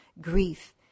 grief